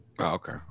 Okay